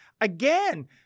again